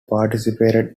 participated